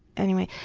anyway,